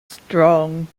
strong